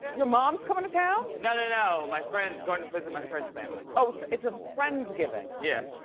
your mom's comin' to town? no, no, no. my friend, goin' to visit my friend's family. oh, it's it's a friends-giving? yeah.